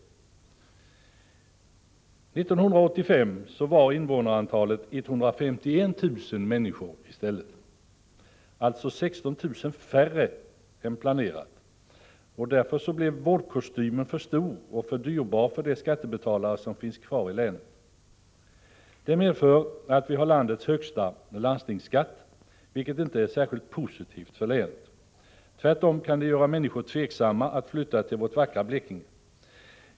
1985 var invånarantalet i stället 151 000, alltså 16 000 färre än planerat, och därför blev ”vårdkostymen” för stor och dyrbar för de skattebetalare som finns kvar i länet. Det medför att vi har landets högsta landstingsskatt, vilket inte är särskilt positivt för länet. Tvärtom kan det göra människor tveksamma att flytta till vårt vackra Blekinge.